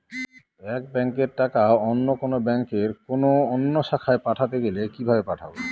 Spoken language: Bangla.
এক ব্যাংকের টাকা অন্য ব্যাংকের কোন অন্য শাখায় পাঠাতে গেলে কিভাবে পাঠাবো?